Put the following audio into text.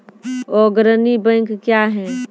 अग्रणी बैंक क्या हैं?